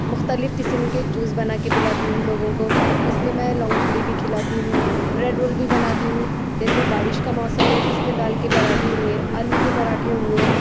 مختلف قسم کے جوس بنا کے پلاتی ہوں لوگوں کو اُس میں میں لونگ چڑی بھی کھلاتی ہوں بریڈ رول بھی بناتی ہوں جیسے بارش کا موسم ہے اُس میں دال کے پراٹھے ہوئے آلو کے پراٹھے ہوئے